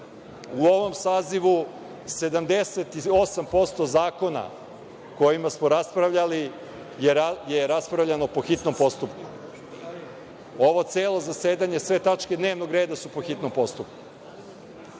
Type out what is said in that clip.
U ovom sazivu 78% zakona o kojima smo raspravljali je raspravljano po hitnom postupku. Ovo celo zasedanje, sve tačke dnevnog reda su po hitnom postupku.